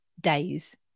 days